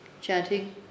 chanting